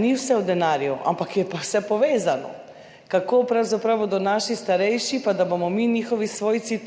ni vse v denarju, ampak je z njim vse povezano. Kako bodo pravzaprav naši starejši, pa tudi mi, njihovi svojci,